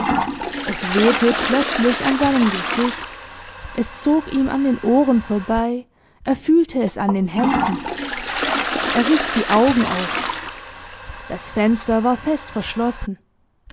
es wehte plötzlich an seinem gesicht es zog ihm an den ohren vorbei er fühlte es an den händen er riß die augen auf das fenster war fest verschlossen